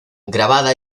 grabada